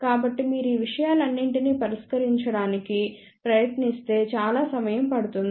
కాబట్టి మీరు ఆ విషయాలన్నింటినీ పరిష్కరించడానికి ప్రయత్నిస్తే చాలా సమయం పడుతుంది